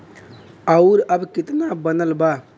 और अब कितना बनल बा?